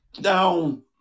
down